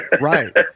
Right